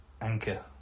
anchor